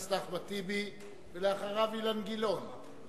חבר הכנסת אחמד טיבי, ואחריו, אילן גילאון.